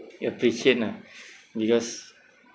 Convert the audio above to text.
you appreciate lah because